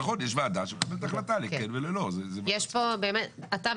נכון, יש ועדה שמקבלת החלטה לכן וללא.